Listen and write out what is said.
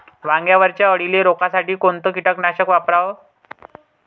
वांग्यावरच्या अळीले रोकासाठी कोनतं कीटकनाशक वापराव?